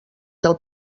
del